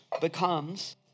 becomes